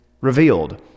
revealed